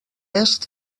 est